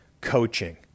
coaching